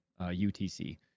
UTC